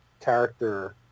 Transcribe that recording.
character